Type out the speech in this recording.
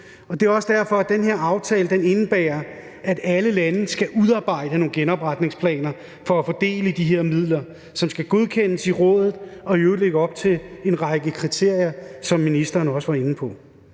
og det er også derfor, at den her aftale indebærer, at alle lande skal udarbejde nogle genopretningsplaner for at få del i de her midler, som skal godkendes i rådet og i øvrigt lægge op til en række kriterier, som ministeren også var inde på.